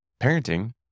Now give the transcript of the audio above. parenting